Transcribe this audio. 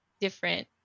different